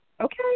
Okay